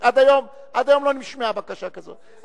עד היום לא נשמעה בקשה כזאת.